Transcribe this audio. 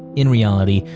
in reality,